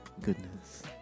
Goodness